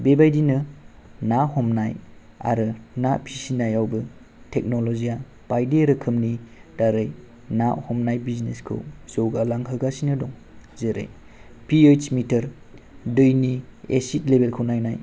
बेबायदिनो ना हमनाय आरो ना फिसिनायावबो टेकन'लजिया बायदि रोकोमनि दारै ना हमनाय बिजिनेसखौ जौगा लांहोगासिनोे दं जेरै फि ओइस मिटार दैनि एसिदखौ नायनाय